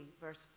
verse